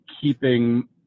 keeping